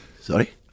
sorry